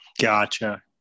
Gotcha